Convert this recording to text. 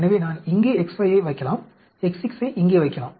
எனவே நான் இங்கே X5 ஐ வைக்கலாம் X6 ஐ இங்கே வைக்கலாம்